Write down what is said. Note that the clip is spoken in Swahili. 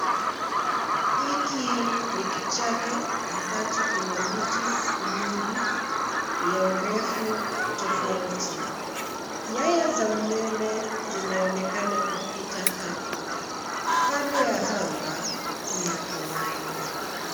Hiki ni kichaka ambacho kina miti mingi ya urefu tofauti. Nyaya za umeme zinaonekana kupita hapo. Hali ya anga ni ya kawaida.